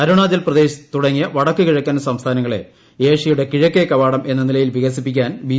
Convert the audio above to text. അരുണാചൽ പ്രദേശ് തുടങ്ങിയ വടക്കു കിഴക്കൻ സംസ്ഥാനങ്ങളെ ഏഷ്യയുടെ കിഴക്കേ കവാടം എന്ന നിലയിൽ വികസിപ്പിക്കാൻ ബി